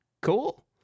Cool